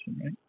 right